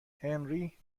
هنری